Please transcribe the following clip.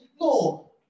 No